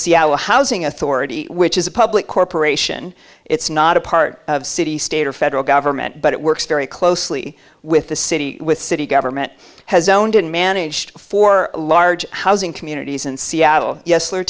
seattle housing authority which is a public corporation it's not a part of city state or federal government but it works very closely with the city with city government has owned and managed four large housing communities in seattle yes they are